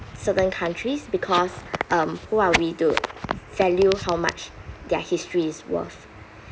certain countries because um who are we to value how much their history is worth